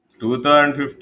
2015